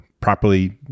properly